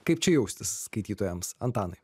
kaip čia jaustis skaitytojams antanai